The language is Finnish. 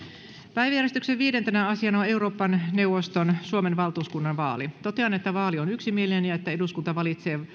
päiväjärjestyksen viidentenä asiana on euroopan neuvoston suomen valtuuskunnan vaali totean että vaali on yksimielinen ja että eduskunta valitsee